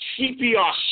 CPR